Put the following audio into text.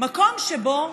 מקום שבו